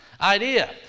idea